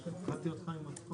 החקלאות והאוצר,